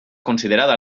considerada